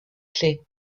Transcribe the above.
clés